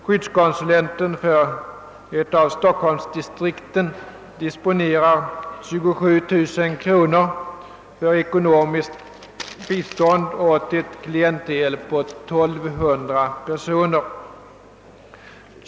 Skyddskonsulenetn för ett av stockholmsdistrikten disponerar 27 000 kronor för ekonomiskt bistånd åt ett klientel på 1200 personer.